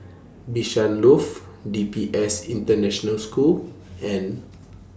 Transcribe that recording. Bishan Loft D P S International School and